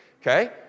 Okay